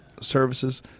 services